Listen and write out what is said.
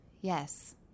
yes